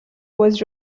was